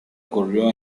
ocurrió